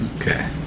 Okay